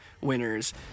winners